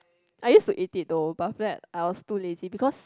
I used to eat it though but after that I was too lazy because